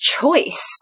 choice